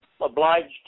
Obliged